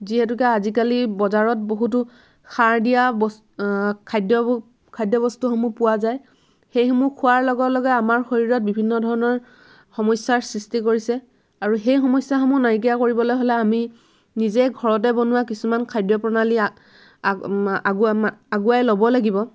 যিহেতুকে আজিকালি বজাৰত বহুতো সাৰ দিয়া বস্তু খাদ্য খাদ্যবস্তুসমূহ পোৱা যায় সেইসমূহ খোৱাৰ লগে লগে আমাৰ শৰীৰত বিভিন্ন ধৰণৰ সমস্যাৰ সৃষ্টি কৰিছে আৰু সেই সমস্যাসমূহ নাইকিয়া কৰিবলৈ হ'লে আমি নিজে ঘৰতে বনোৱা কিছুমান খাদ্য প্ৰণালী আগুৱাই আগুৱাই ল'ব লাগিব